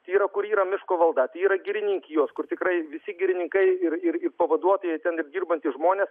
tai yra kur yra miško valda tai yra girininkijos kur tikrai visi girininkai ir ir pavaduotojai ten ir dirbantys žmonės